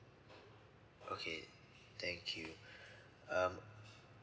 okay thank you um